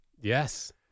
Yes